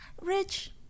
rich